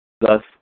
Thus